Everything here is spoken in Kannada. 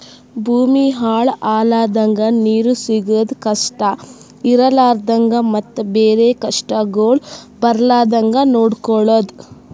ಭೂಮಿ ಹಾಳ ಆಲರ್ದಂಗ, ನೀರು ಸಿಗದ್ ಕಷ್ಟ ಇರಲಾರದಂಗ ಮತ್ತ ಬೇರೆ ಕಷ್ಟಗೊಳ್ ಬರ್ಲಾರ್ದಂಗ್ ನೊಡ್ಕೊಳದ್